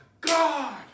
God